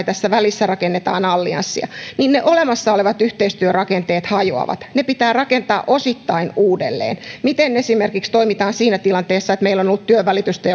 tässä välissä rakennetaan allianssia ne olemassa olevat yhteistyörakenteet hajoavat ne pitää rakentaa osittain uudelleen miten esimerkiksi toimitaan siinä tilanteessa että meillä on ollut työnvälitystä